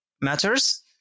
matters